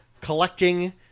collecting